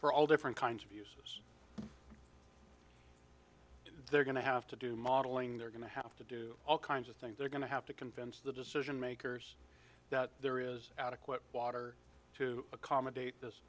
for all different kinds of uses they're going to have to do modeling they're going to have to do all kinds of things they're going to have to convince the decision makers that there is adequate water to accommodate this